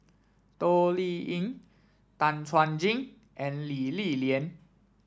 Toh Liying Tan Chuan Jin and Lee Li Lian